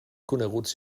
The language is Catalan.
coneguts